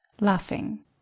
laughing